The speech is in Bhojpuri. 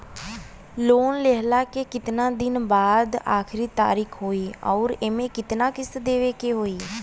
लोन लेहला के कितना दिन के बाद आखिर तारीख होई अउर एमे कितना किस्त देवे के होई?